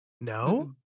No